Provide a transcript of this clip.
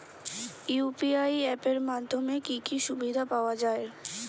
UPI app এর মাধ্যমে কি কি সুবিধা পাওয়া যায়?